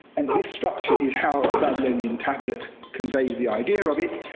and this structure is how the babylonian tablet conveyed the idea of it.